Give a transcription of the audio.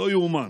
לא ייאמן.